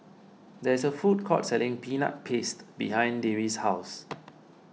there is a food court selling Peanut Paste behind Dewey's house